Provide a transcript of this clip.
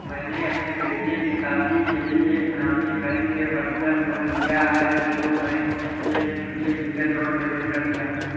मैंने अपने बेटे की शादी के लिए एक नामी बैंक से पर्सनल लोन लिया है जो बैंक ने एक दिन के भीतर लोन पेमेंट कर दिया